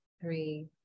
three